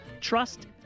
trust